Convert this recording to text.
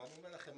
ואני אומר לכם,